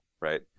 right